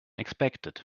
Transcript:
expected